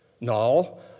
No